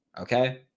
Okay